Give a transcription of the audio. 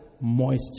moisture